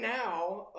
now